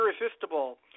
irresistible